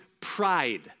pride